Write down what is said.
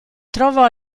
trovò